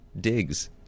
digs